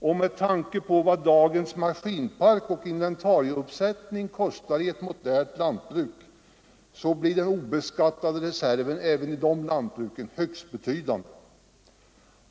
Och med tanke på vad dagens maskinpark och inventarieuppsättning kostar i ett modernt lantbruk blir den obeskattade reserven även i ett kreaturslöst lantbruk högst betydande.